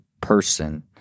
person